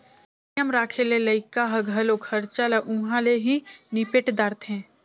ATM राखे ले लइका ह घलो खरचा ल उंहा ले ही निपेट दारथें